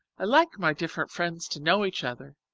i like my different friends to know each other.